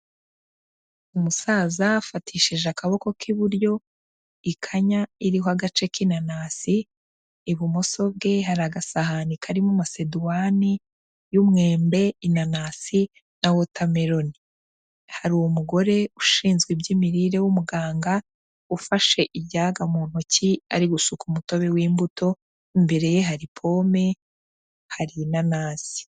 Umusaza afatishije akaboko k'iburyo ikanya iriho agace k'inanasi, ibumoso bwe hari agasahani karimo masedowani y'umwembe inanasi na water melon, hari umugore ushinzwe iby'imirire w'umuganga ufashe ijage mu ntoki ari gusuka umutobe w'imbuto imbere ye hari pome hari inanasi.